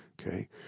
okay